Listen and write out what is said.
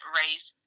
race